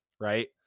Right